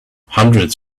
hundreds